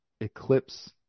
eclipse